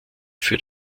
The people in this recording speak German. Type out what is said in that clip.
für